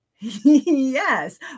Yes